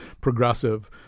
progressive